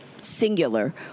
singular